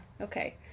Okay